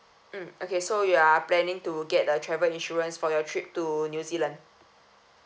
mm okay so you are planning to get the travel insurance for your trip to new zealand